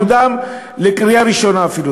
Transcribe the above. שהחוק הזה יקודם לקריאה ראשונה אפילו.